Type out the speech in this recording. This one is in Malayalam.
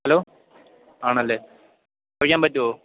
ഹലോ ആണല്ലേ കുറയ്ക്കാൻ പറ്റുമോ